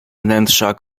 wnętrza